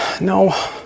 No